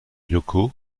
yoko